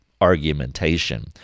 argumentation